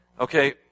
Okay